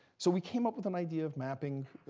so we came up with an idea of mapping